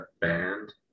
band